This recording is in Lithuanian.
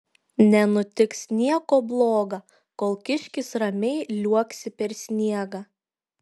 nenutiks nieko bloga kol kiškis ramiai liuoksi per sniegą